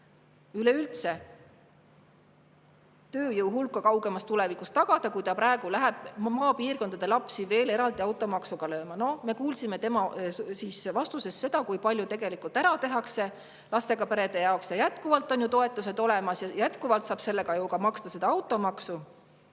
üleüldse tööjõu hulka kaugemas tulevikus tagada, kui ta praegu läheb maapiirkondade lapsi veel eraldi automaksuga lööma. Me kuulsime tema vastusest, kui palju tegelikult ära tehakse lastega perede jaoks ja et jätkuvalt on ju toetused olemas ja jätkuvalt saab nende abil ju maksta ka automaksu.